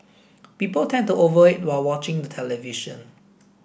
people tend to over while watching the television